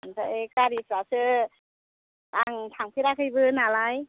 ओमफ्राय गारिफ्रासो आं थांफेराखैबो नालाय